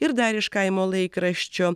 ir dar iš kaimo laikraščio